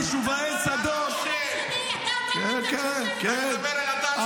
הבן שלי שובאל צדוק -------- אתה מדבר על הדם שנשפך?